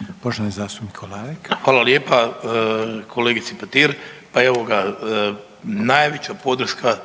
Ljubomir (HDZ)** Hvala lijepa kolegice Petir. Pa evo ga, najveća podrška